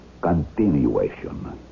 Continuation